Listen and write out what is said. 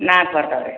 ನಾಲ್ಕು ಬರ್ತವೆ ರೀ